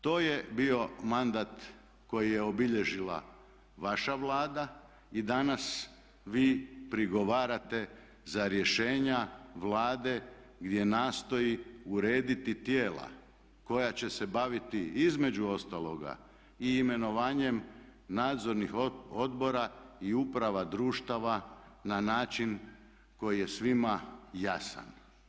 To je bio mandat koji je obilježila vaša Vlada i danas vi prigovarate za rješenja Vlade gdje nastoji urediti tijela koja će se baviti između ostaloga i imenovanjem nadzornih odbora i uprava društava na način koji je svima jasan.